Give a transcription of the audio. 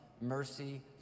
mercy